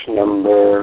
number